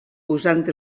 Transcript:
usant